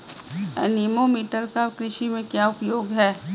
Anemometer का कृषि में क्या उपयोग है?